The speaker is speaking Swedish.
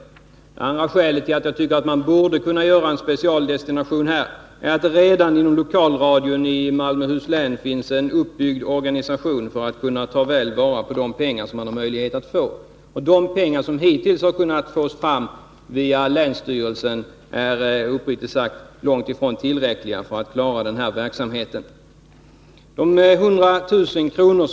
Det andra skälet till att jag tycker att man borde kunna göra en specialdestination här är att det redan inom lokalradion i Malmöhus län finns en uppbyggd organisation för att ta väl vara på de pengar man har möjlighet att få. De pengar man hittills har kunnat få fram via länsstyrelsen är uppriktigt sagt långt ifrån tillräckliga för att klara den här verksamheten. De 100 000 kr.